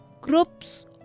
groups